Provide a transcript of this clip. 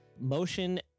motion